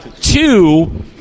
Two